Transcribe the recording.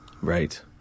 Right